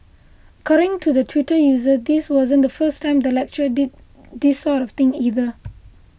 according to the Twitter user this wasn't the first time the lecturer did this sort of thing either